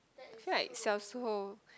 I feel like 小时候